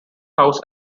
house